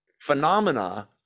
phenomena